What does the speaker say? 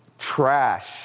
trash